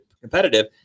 competitive